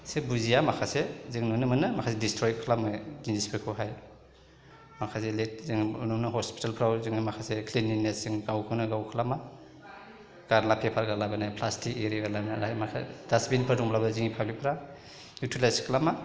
एसे बुजिया माखासे जों नुनो मोनो माखासे डिस्ट्रइ खालामनाय जिनिसफोरखौहाय माखासे जों नुनो मोनो हस्पिटालफ्राव माखासे क्लिलिनेस जों गावखौनो गाव खालामा गारला पेपार गारला बायनाय प्लास्टिक इरि गारलाबायनाय माखासे डासबिनफोर दंब्लाबो जोंनि पाब्लिकफ्रा इउटिलाइस खालामा